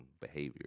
behavior